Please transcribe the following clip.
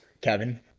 kevin